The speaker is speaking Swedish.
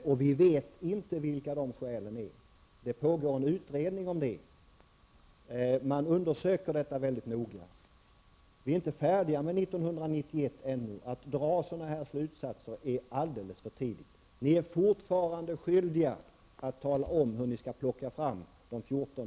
Vi vet inte vilka dessa skäl är. Det pågår en utredning om det. Man undersöker detta mycket noga. 1991 är ännu inte slut. Därför är det alldeles för tidigt att dra sådana slutsatser. Ni är fortfarande skyldiga att tala om hur ni skall plocka fram de 14